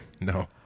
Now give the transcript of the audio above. No